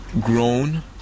grown